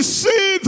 see